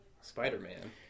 Spider-Man